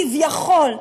כביכול,